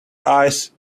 ice